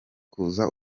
kuza